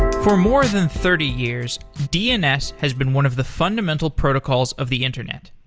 for more than thirty years, dns has been one of the fundamental protocols of the internet.